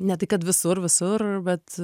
ne tai kad visur visur bet